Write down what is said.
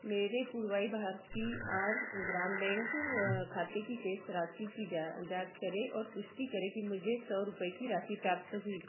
मेरे पुडुवाई भारतीआर ग्राम बैंक खाते की शेष राशि की जाँच करें और पुष्टि करें कि मुझे सौ रुपये की राशि प्राप्त हुई है